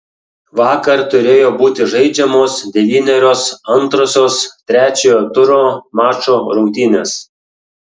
vakar turėjo būti žaidžiamos devynerios antrosios trečiojo turo mačų rungtynės